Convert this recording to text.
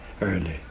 early